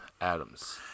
Adams